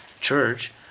church